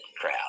crowd